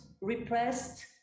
repressed